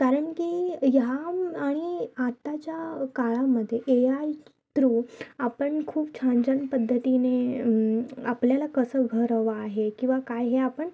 कारण की ह्या आणि आत्ताच्या काळामध्ये ए आय थ्रू आपण खूप छानछान पद्धतीने आपल्याला कसं घर हवं आहे किंवा काय हे आपण